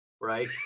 right